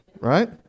right